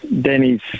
Danny's